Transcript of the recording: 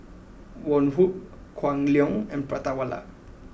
Woh Hup Kwan Loong and Prata Wala